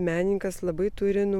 menininkas labai turi